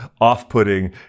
off-putting